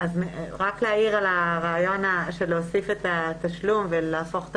רק להעיר לגבי הרעיון להוסיף את התשלום ולהפוך את